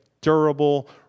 durable